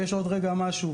יש עוד רגע משהו.